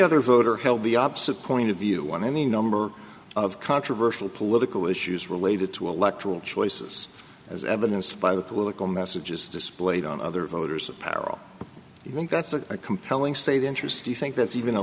other voter held the opposite point of view i mean number of controversial political issues related to electoral choices as evidenced by the political messages displayed on other voters apparel you think that's a compelling state interest do you think that's even a